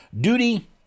Duty